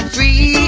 Free